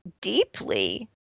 deeply